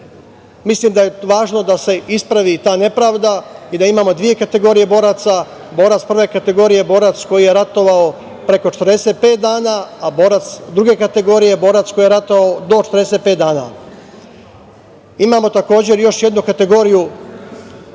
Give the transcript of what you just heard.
dana. Mislim da je važno da se ispravi ta nepravda i da imamo dve kategorije boraca - borac prve kategorije, borac koji je ratovao preko 45 dana, a borac druge kategorije je borac koji je ratovao do 45 dana. Imamo takođe još jednu kategoriju građana